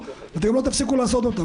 בתפקידים הקודמים שלי גם,